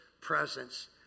presence